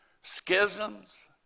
schisms